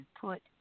put